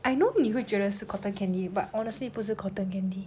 I know 你会觉得是 cotton candy but honestly 不是 cotton candy